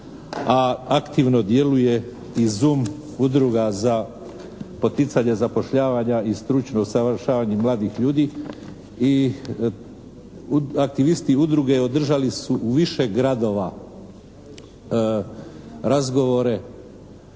a aktivno djeluje i ZUM udruga za poticanje zapošljavanja i stručno usavršavanje mladih ljudi i aktivisti udruge održali su u više gradova razgovore